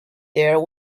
there